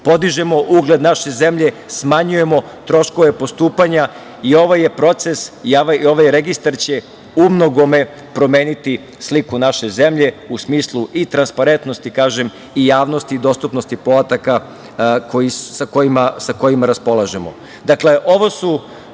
podižemo ugled naše zemlje, smanjujemo troškove postupanja. Ovaj registar će umnogome promeniti sliku naše zemlje u smislu transparentnosti, kažem, i javnost i dostupnosti podataka sa kojima raspolažemo. Ovo